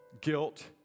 guilt